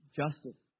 justice